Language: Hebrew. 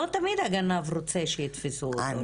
לא תמיד הגנב רוצה שיתפסו אותו, לא?